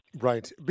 Right